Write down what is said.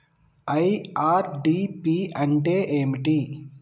IRDP అంటే ఏమిటి?